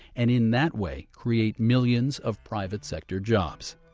and in that way create millions of private sector jobs.